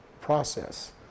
process